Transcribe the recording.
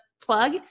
plug